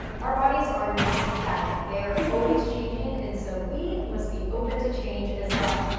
our bodies are not static. they are always changing, and so we must be open to change, as well.